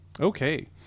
Okay